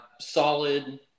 solid